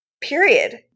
period